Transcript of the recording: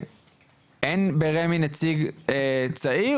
אין ברשות מקרקעי ישראל נציג מטעם הצעירים,